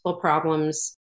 problems